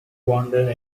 wander